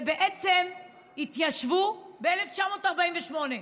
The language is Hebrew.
שהתיישבו ב-1948,